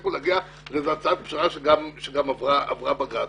הצליחו להגיע להצעת פשרה שגם עברה בג"ץ,